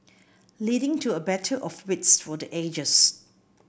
leading to a battle of wits for the ages